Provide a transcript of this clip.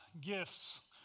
gifts